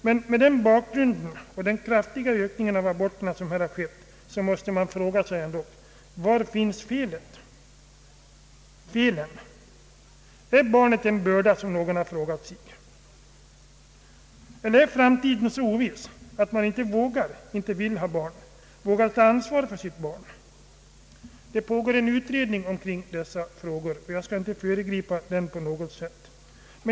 Men mot bakgrunden av den kraftiga ökning av antalet aborter som här har skett måste man ändå fråga sig var felet finns. Är barnet en börda, som någon har frågat sig? Är framtiden så oviss att man inte vågar eller vill ha barn? Det pågår en utredning omkring dessa frågor, och jag skall inte föregripa denna på något sätt.